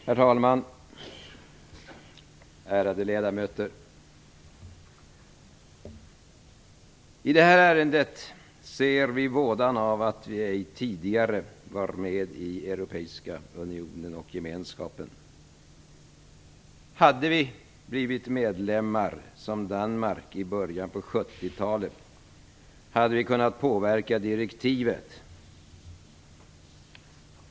Herr talman! Ärade ledamöter! I detta ärende ser vi vådan av att vi ej tidigare var med i Europeiska unionen och Europeiska gemenskapen. Hade Sverige liksom Danmark blivit medlem i början på 70-talet hade vi kunnat påverka det nu aktuella direktivet.